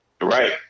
Right